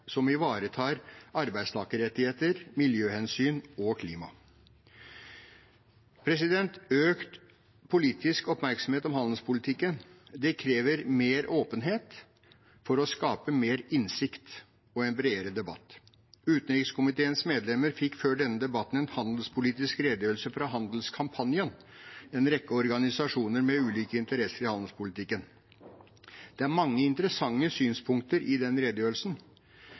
som ivaretar arbeidstakerrettigheter, miljøhensyn og klima. Økt politisk oppmerksomhet om handelspolitikken krever mer åpenhet for å skape mer innsikt og en bredere debatt. Utenrikskomiteens medlemmer fikk før denne debatten en handelspolitisk redegjørelse fra Handelskampanjen, en rekke organisasjoner med ulike interesser i handelspolitikken. Det er mange interessante synspunkter i den redegjørelsen,